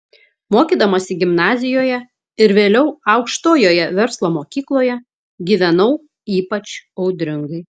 mokydamasi gimnazijoje ir vėliau aukštojoje verslo mokykloje gyvenau ypač audringai